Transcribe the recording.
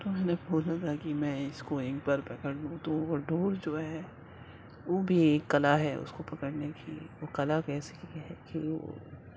تو میں نے بولا تھا کہ میں اس کو ایک بار پکڑ لوں تو وہ ڈور جو ہے وہ بھی ایک کلا ہے اس کو پکڑنے کی وہ کلا کیسی ہے کہ